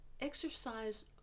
exercise